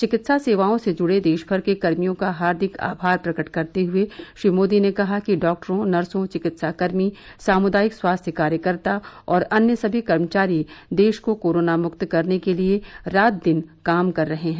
चिकित्सा सेवाओं से जुड़े देशभर के कर्मियों का हार्दिक आभार प्रकट करते हुए श्री मोदी ने कहा कि डाक्टरों नर्सों चिकित्साकर्मी सामुदायिक स्वास्थ्य कार्यकर्ता और अन्य सभी कर्मचारी देश को कोरोना मुक्त करने के लिए रात दिन काम कर रहे हैं